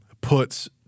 puts